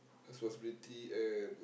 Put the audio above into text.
responsibility and